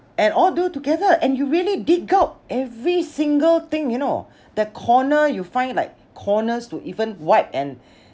and all do together and you really dig out every single thing you know the corner you find like corners to even wipe and